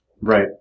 Right